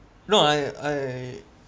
no I I